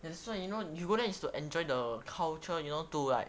that's what you know you go there is to enjoy the culture you know to like